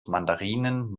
mandarinen